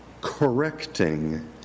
correcting